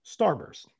Starburst